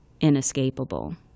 inescapable